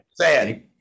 sad